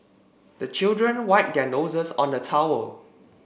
the children wipe their noses on the towel